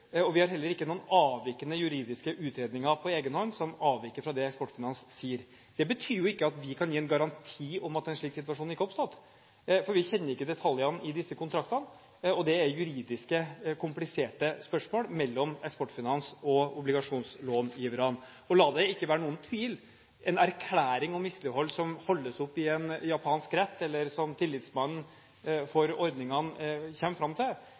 og vi har heller ingen juridiske utredninger på egenhånd som avviker fra det Eksportfinans sier. Men det betyr ikke at vi kan gi en garanti om at en slik situasjon ikke er oppstått, for vi kjenner ikke detaljene i disse kontraktene – det er juridiske, kompliserte spørsmål mellom Eksportfinans og obligasjonslångiverne. Men la det ikke være noen tvil: En erklæring om mislighold som holdes opp i en japansk rett, eller som tillitsmannen for ordningene kommer fram til,